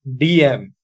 DM